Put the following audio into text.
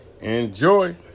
Enjoy